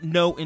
no